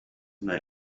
deny